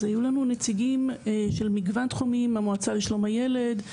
אז היו לנו נציגים של מגוון תחומים המועצה לשלום הילד,